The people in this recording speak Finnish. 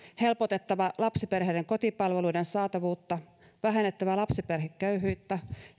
helpotettava lapsiperheiden kotipalveluiden saatavuutta vähennettävä lapsiperheköyhyyttä